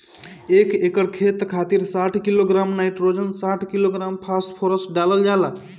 एक एकड़ खेत खातिर साठ किलोग्राम नाइट्रोजन साठ किलोग्राम फास्फोरस डालल जाला?